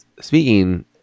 Speaking